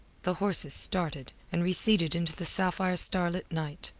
the horses started, and receded into the sapphire starlit night,